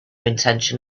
intention